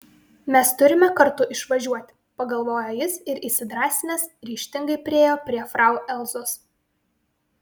mes turime kartu išvažiuoti pagalvojo jis ir įsidrąsinęs ryžtingai priėjo prie frau elzos